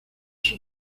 sus